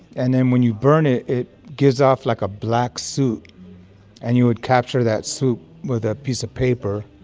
and then when you burn it, it gives off like a black soot and you would capture that soot with a piece of paper,